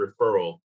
referral